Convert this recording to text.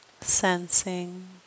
Sensing